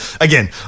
again